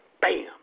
Bam